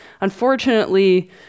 Unfortunately